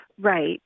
Right